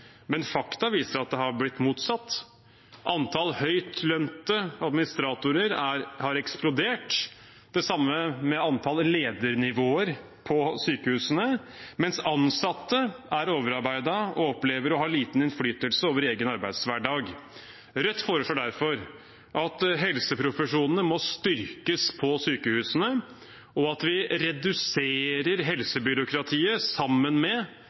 men fakta viser at det har blitt motsatt. Antallet høytlønte administratorer har eksplodert, og det samme gjelder antallet ledernivåer på sykehusene, mens ansatte er overarbeidet og opplever å ha liten innflytelse over egen arbeidshverdag. Rødt foreslår derfor at helseprofesjonene må styrkes på sykehusene, og at vi reduserer helsebyråkratiet sammen med